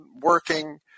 working